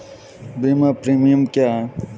बीमा प्रीमियम क्या है?